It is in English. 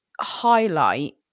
highlight